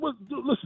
Listen